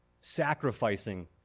sacrificing